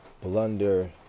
blunder